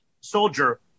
soldier